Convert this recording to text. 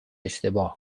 اشتباه